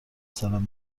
سرم